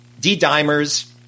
D-dimers